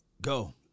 Go